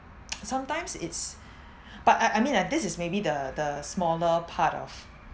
sometimes it's but I I mean like this is maybe the the smaller part of